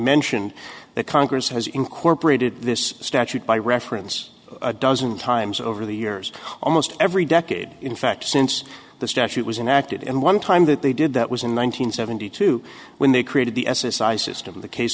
mentioned that congress has incorporated this statute by reference a dozen times over the years almost every decade in fact since the statute was enacted in one time that they did that was in one nine hundred seventy two when they created the s s i system in the case